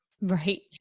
Right